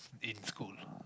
in school